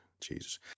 Jesus